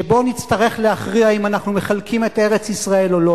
שבו נצטרך להכריע אם מחלקים את ארץ-ישראל או לא,